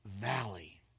valley